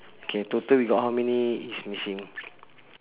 K total we got how many is missing